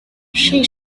she